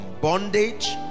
bondage